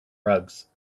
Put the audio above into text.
rugs